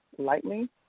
lightly